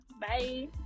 Bye